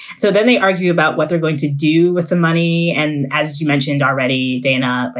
so then they argue about what they're going to do with the money. and as you mentioned already, dana, like